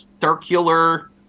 circular